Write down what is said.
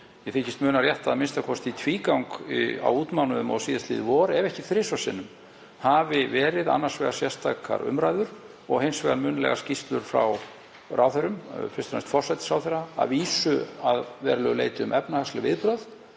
Ég þykist muna rétt að a.m.k. í tvígang á útmánuðum og síðastliðið vor, ef ekki þrisvar sinnum, hafi verið annars vegar sérstakar umræður og hins vegar munnlegar skýrslur frá ráðherrum, fyrst og fremst forsætisráðherra, að vísu að verulegu leyti um efnahagsleg viðbrögð